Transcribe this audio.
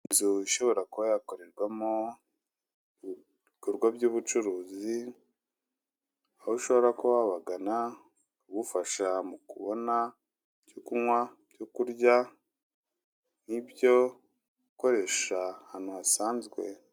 Inzu ishobora kuba yakorerwamo ibikorwa by'ubucuruzi, aho ushobora kuba wabagana bakagufasha mu kubona ibyo kunywa, ibyo kurya n'ibyo gukoresha ahantu hasanzwe.